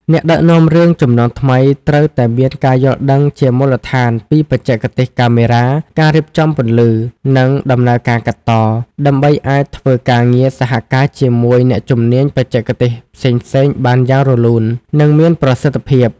អ្នកដឹកនាំរឿងជំនាន់ថ្មីត្រូវតែមានការយល់ដឹងជាមូលដ្ឋានពីបច្ចេកទេសកាមេរ៉ា ការរៀបចំពន្លឺ និងដំណើរការកាត់ត ដើម្បីអាចធ្វើការងារសហការជាមួយអ្នកជំនាញបច្ចេកទេសផ្សេងៗបានយ៉ាងរលូន និងមានប្រសិទ្ធភាព។